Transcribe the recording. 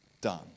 done